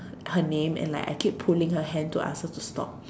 her her name and like I keep pulling her hand to ask her to stop